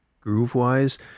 groove-wise